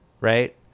right